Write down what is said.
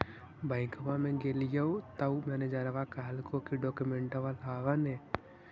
बैंकवा मे गेलिओ तौ मैनेजरवा कहलको कि डोकमेनटवा लाव ने?